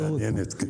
מעניינת, כן.